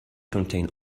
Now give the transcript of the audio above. contains